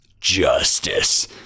Justice